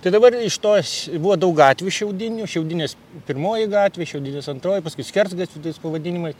tai dabar iš tos buvo daug gatvių šiaudinių šiaudinės pirmoji gatvė šiaudinės antroji paskui skersgatvių tais pavadinimais